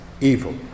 evil